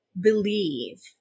believe